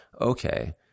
okay